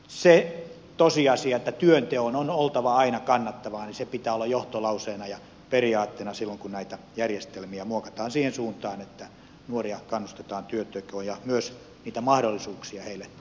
sen tosiasian että työnteon on oltava aina kannattavaa pitää olla johtolauseena ja periaatteena silloin kun näitä järjestelmiä muokataan siihen suuntaan että nuoria kannustetaan työntekoon ja myös niitä mahdollisuuksia heille turvataan